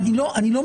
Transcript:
אני לא מבקר.